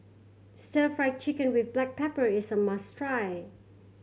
Stir Fried Chicken with black pepper is a must try